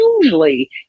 usually